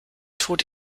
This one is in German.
tod